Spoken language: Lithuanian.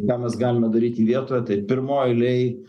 ką mes galime daryti vietoje tai pirmoj eilėj